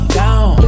down